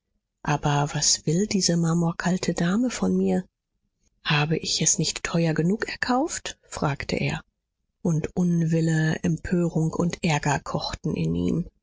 aber was will diese marmorkalte dame von mir habe ich es nicht teuer genug erkauft fragte er und unwille empörung und ärger kochten in ihm